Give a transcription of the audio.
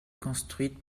construites